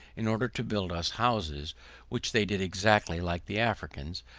in order to build us houses which they did exactly like the africans,